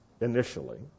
initially